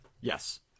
Yes